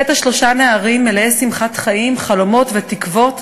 לפתע שלושה נערים מלאי שמחת חיים, חלומות ותקוות